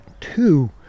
two